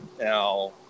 Now